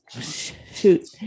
Shoot